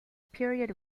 period